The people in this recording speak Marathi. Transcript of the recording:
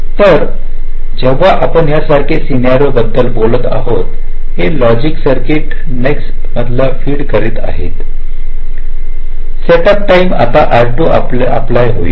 तर जेव्हा आपण यासारख्या सन्यारीहो बद्दल बोलत आहोत हे लॉजिक सर्किट नेक्स्ट स्टेप मधला फीड करीत आहे करून सेटअप टाईम आता R2 आपलाय होईल